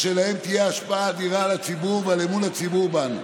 שתהיה להן השפעה אדירה על הציבור ועל אמון הציבור בנו.